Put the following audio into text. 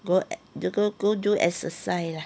go at you go do exercise lah